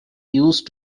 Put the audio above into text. used